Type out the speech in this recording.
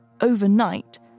overnight